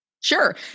Sure